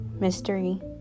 mystery